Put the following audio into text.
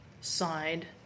side